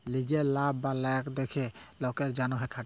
লিজের লাভ লা দ্যাখে লকের জ্যনহে খাটে